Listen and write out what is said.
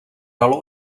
dalo